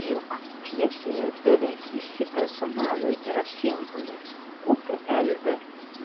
juk pjesėje beveik visi personažai yra simboliai upė elbė